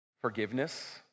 Forgiveness